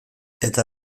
eta